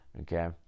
okay